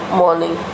morning